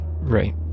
Right